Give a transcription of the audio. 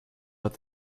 but